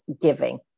giving